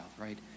right